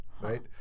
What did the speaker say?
right